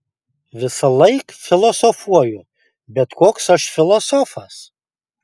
visąlaik filosofuoju bet koks aš filosofas